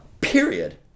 period